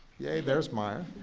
yay, there's maya.